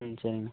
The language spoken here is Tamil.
ம் சரிங்கண்ணா